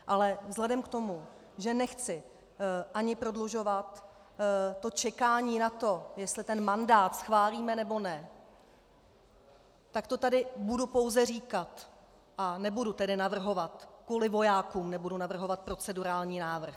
Ale vzhledem k tomu, že nechci ani prodlužovat čekání na to, jestli ten mandát schválíme, nebo ne, tak to tady budu pouze říkat a nebudu tedy navrhovat, kvůli vojákům nebudu navrhovat procedurální návrh.